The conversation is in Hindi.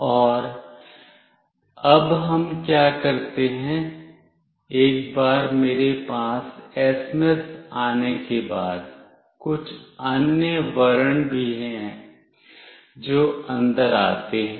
और अब हम क्या करते हैं एक बार मेरे पास एसएमएस आने के बाद कुछ अन्य वर्ण भी हैं जो अंदर आते है